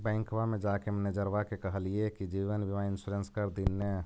बैंकवा मे जाके मैनेजरवा के कहलिऐ कि जिवनबिमा इंश्योरेंस कर दिन ने?